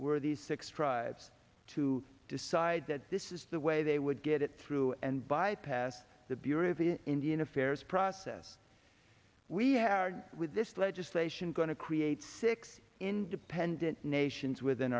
were these six tribes to decide that this is the way they would get it through and bypass the bureau of indian affairs process we have with this legislation going to create six independent nations within